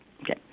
Okay